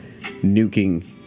nuking